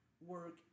work